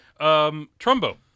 trumbo